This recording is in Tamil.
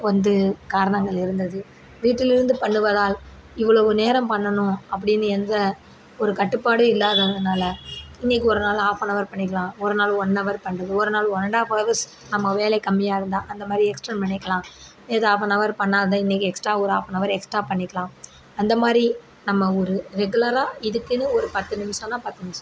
வந்து காரணங்கள் இருந்தது வீட்டிலிருந்து பண்ணுவதால் இவ்வளவு நேரம் பண்ணணும் அப்படின்னு எந்த ஒரு கட்டுப்பாடும் இல்லாததனால் இன்றைக்கு ஒருநாள் ஆஃப்பனவர் பண்ணிக்கலாம் ஒருநாள் ஒன்னவர் பண்ணுறது ஒருநாள் ஒன் அண்ட் ஆஃப்பவர்ஸ் நம்ம வேலை கம்மியாக இருந்தால் அந்தமாதிரி எக்ஸ்டண்ட் பண்ணிக்கலாம் இது ஆஃப்பனவர் பண்ணாததை இன்றைக்கு எக்ஸ்ட்ரா ஒரு ஆஃப்பனவர் எக்ஸ்ட்ரா பண்ணிக்கலாம் அந்தமாதிரி நம்ம ஒரு ரெகுலராக இதுக்குன்னு ஒரு பத்து நிமிடம்னால் பத்து நிமிஷம்